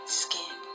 skin